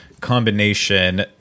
combination